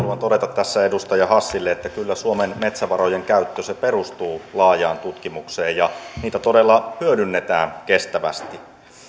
todeta tässä edustaja hassille että kyllä suomen metsävarojen käyttö perustuu laajaan tutkimukseen ja niitä todella hyödynnetään kestävästi